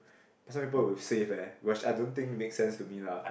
but some people would save eh which I don't think it make sense to me lah